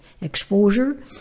exposure